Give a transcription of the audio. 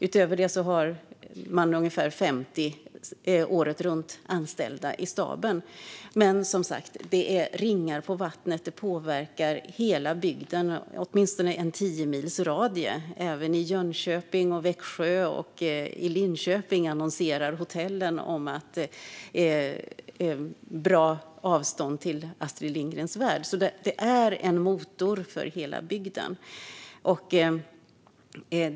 Utöver det har man ungefär 50 åretruntanställda i staben. Detta ger som sagt ringar på vattnet och påverkar hela bygden, åtminstone inom en tiomilsradie. Även i Jönköping, Växjö och Linköping annonserar hotellen om att det är bra avstånd till Astrid Lindgrens Värld. Det är alltså en motor för hela bygden.